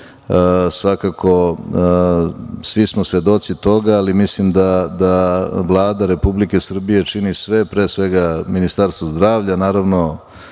svakako svi smo svedoci toga, ali mislim da Vlada Republike Srbije čini sve, pre svega Ministarstvo zdravlja, naravno